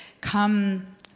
come